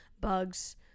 bugs